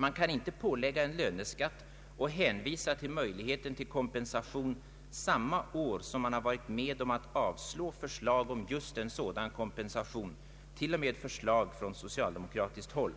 Man kan inte pålägga en löneskatt och hänvisa till möjligheten till kompensation samma år som man varit med om att avslå förslag om just en sådan kompensation, t.o.m. förslag från socialdemokratiskt håll.